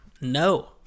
No